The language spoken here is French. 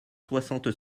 soixante